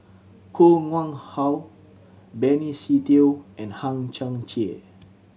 Koh Nguang How Benny Se Teo and Hang Chang Chieh